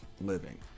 living